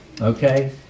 okay